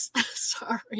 sorry